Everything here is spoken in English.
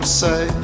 say